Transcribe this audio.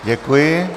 Děkuji.